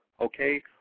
okay